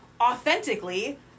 authentically